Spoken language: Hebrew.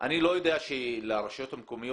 יודע שלרשויות המקומיות,